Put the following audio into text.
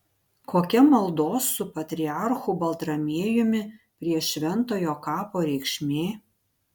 kokia maldos su patriarchu baltramiejumi prie šventojo kapo reikšmė